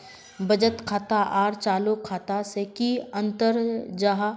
बचत खाता आर चालू खाता से की अंतर जाहा?